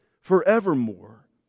forevermore